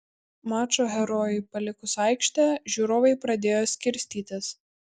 mačo herojui palikus aikštę žiūrovai pradėjo skirstytis